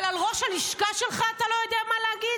אבל על ראש הלשכה שלך אתה לא יודע מה להגיד?